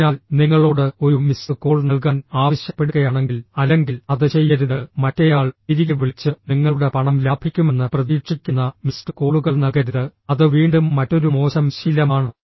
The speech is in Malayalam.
അതിനാൽ നിങ്ങളോട് ഒരു മിസ്ഡ് കോൾ നൽകാൻ ആവശ്യപ്പെടുകയാണെങ്കിൽ അല്ലെങ്കിൽ അത് ചെയ്യരുത് മറ്റേയാൾ തിരികെ വിളിച്ച് നിങ്ങളുടെ പണം ലാഭിക്കുമെന്ന് പ്രതീക്ഷിക്കുന്ന മിസ്ഡ് കോളുകൾ നൽകരുത് അത് വീണ്ടും മറ്റൊരു മോശം ശീലമാണ്